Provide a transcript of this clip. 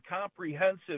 comprehensive